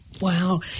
Wow